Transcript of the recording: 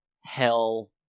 hell